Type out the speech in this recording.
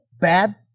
bad